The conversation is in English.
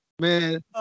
Man